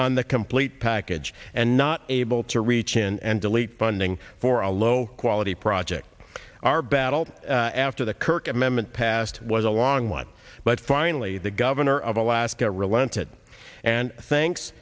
on the complete package and not able to reach in and delete funding for a low quality project are battled after the kirk amendment passed was a long one but finally the governor of alaska relented and thanks